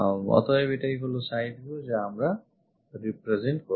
অতএব এটাই হলো side view যা আমরা represent করলাম